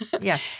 Yes